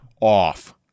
off